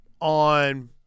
on